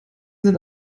sind